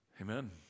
Amen